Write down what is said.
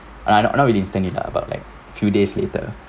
uh not not instantly lah but like few days later